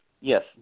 Yes